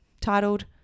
titled